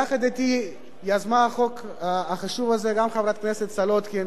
יחד אתי יזמה גם חברת הכנסת מרינה סולודקין